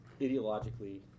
ideologically